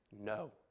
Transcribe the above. no